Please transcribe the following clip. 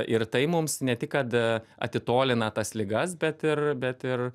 ir tai mums ne tik kad atitolina tas ligas bet ir bet ir